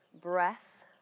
breath